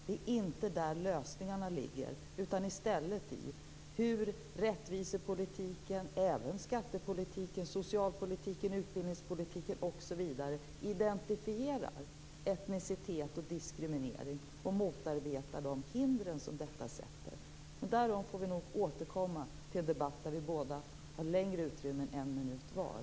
Det är inte där lösningarna ligger utan i hur rättvisepolitiken - och även skattepolitiken, socialpolitiken, utbildningspolitiken osv. - identifierar etnicitet och diskriminering och motarbetar de hinder som finns. Därom får vi återkomma i en debatt där vi båda har längre utrymme än en minut var.